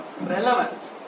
relevant